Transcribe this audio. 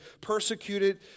persecuted